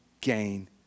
gain